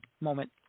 moment